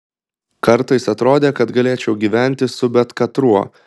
kartais atrodė kad galėčiau gyventi su bet katruo